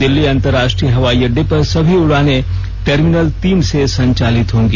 दिल्ली अंतरराष्ट्रीय हवाई अड्डे पर सभी उड़ाने टर्मिनल तीन से संचालित होंगी